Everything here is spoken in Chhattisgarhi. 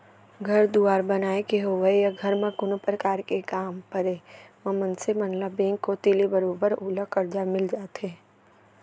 घर दुवार बनाय के होवय या घर म कोनो परकार के काम परे म मनसे मन ल बेंक कोती ले बरोबर ओला करजा मिल जाथे